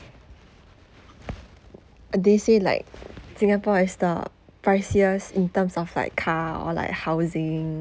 they say like singapore is the priciest in terms of like car or like housing